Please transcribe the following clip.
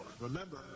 Remember